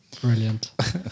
Brilliant